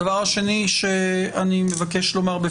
דבר שני, אנחנו נותנים את